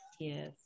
yes